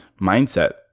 mindset